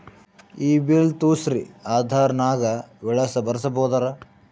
ಈ ಬಿಲ್ ತೋಸ್ರಿ ಆಧಾರ ನಾಗ ವಿಳಾಸ ಬರಸಬೋದರ?